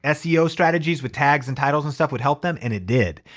ah seo strategies with tags and titles and stuff would help them and it did.